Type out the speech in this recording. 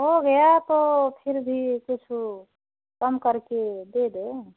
हो गया तो फिर भी कुछ कम कर के दे दो